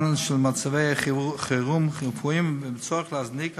של מצבי חירום רפואיים והצורך להזניק אמבולנס,